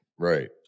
Right